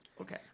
Okay